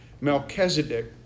Melchizedek